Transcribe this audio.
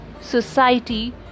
society